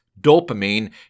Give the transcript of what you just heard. dopamine